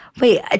Wait